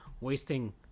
wasting